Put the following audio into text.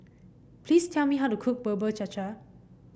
please tell me how to cook Bubur Cha Cha